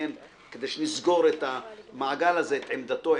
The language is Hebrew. כדי שנסגור את המעגל הזה את עמדתו,